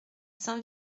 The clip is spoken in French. saint